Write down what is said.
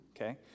okay